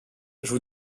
joue